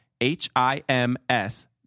H-I-M-S